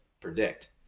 predict